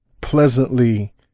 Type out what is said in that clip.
pleasantly